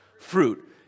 fruit